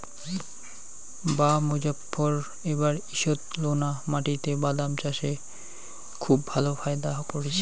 বাঃ মোজফ্ফর এবার ঈষৎলোনা মাটিতে বাদাম চাষে খুব ভালো ফায়দা করেছে